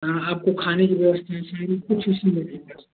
हाँ आपको खाने की व्यवस्था